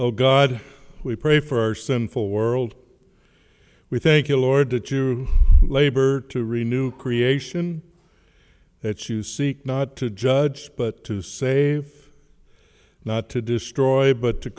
oh god we pray for our sinful world we thank you lord to labor to renew creation that you seek not to judge but to save not to destroy but to